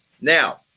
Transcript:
Now